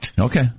Okay